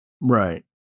right